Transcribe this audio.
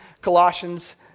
Colossians